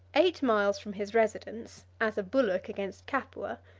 eight miles from his residence, as a bulwark against capua,